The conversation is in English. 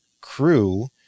crew